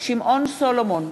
שמעון סולומון,